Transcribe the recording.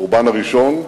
החורבן הראשון,